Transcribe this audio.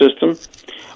system